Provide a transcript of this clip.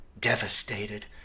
devastated